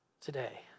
today